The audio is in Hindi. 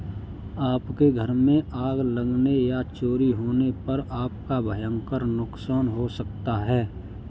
आपके घर में आग लगने या चोरी होने पर आपका भयंकर नुकसान हो सकता है